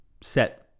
set